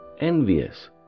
envious